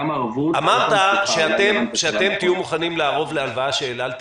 אמרת שאתם תהיו מוכנים לערוב להלוואה שאל-על תיקח,